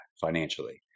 financially